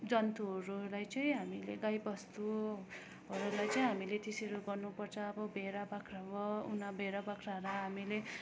जन्तुहरूलाई चाहिँ हामीले गाईबस्तुहरूलाई चाहिँ हामीले त्यसरी गर्नुपर्छ अब भेडा बाख्रा भयो उनी भेडा बाख्रा हामीले